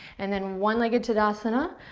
and then one legged tadasana.